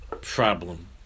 problem